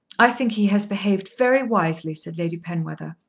i think he has behaved very wisely, said lady penwether.